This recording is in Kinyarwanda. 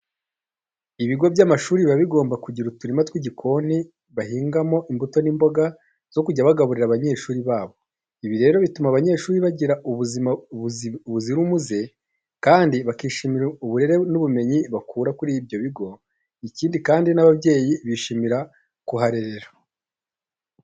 Ibigo by'amashuri biba bigomba kugira uturima tw'igikoni bahingamo imbuto n'imboga zo kujya bagaburira abanyeshuri babo. Ibi rero bituma abanyeshuri bagira ubuzima buzira umuze kandi bakishimira uburere n'ubumenyi bakura kuri ibyo bigo. Ikindi kandi n'ababyeyi bishimira kuharerera.